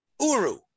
Uru